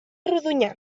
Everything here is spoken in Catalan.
rodonyà